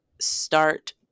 start